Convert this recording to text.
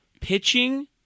Pitching